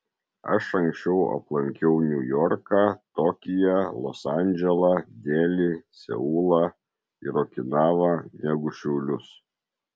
aš anksčiau aplankiau niujorką tokiją los andželą delį seulą ir okinavą negu šiaulius